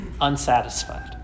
unsatisfied